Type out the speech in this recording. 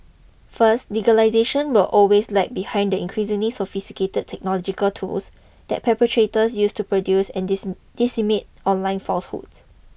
first legislation will always lag behind the increasingly sophisticated technological tools that perpetrators use to produce and disseminate online falsehoods